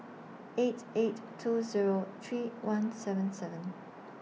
eight eight two Zero three one seven seven